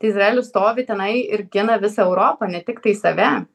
izraelis stovi tenai ir gina visą europą ne tiktai save